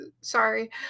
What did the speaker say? sorry